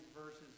verses